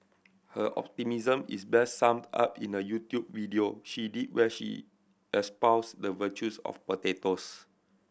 her optimism is best summed up in a YouTube video she did where she espoused the virtues of potatoes